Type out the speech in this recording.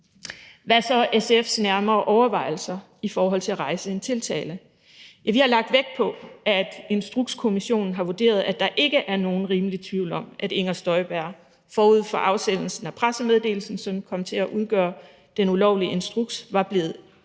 Hvad er så SF's nærmere overvejelser i forhold til at rejse en tiltale? Vi har lagt vægt på, at Instrukskommissionen har vurderet, at der ikke er nogen rimelig tvivl om, at Inger Støjberg forud for afsendelsen af pressemeddelelsen, som kom til at udgøre den ulovlige instruks, var blevet